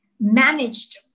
managed